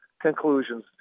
conclusions